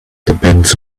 depends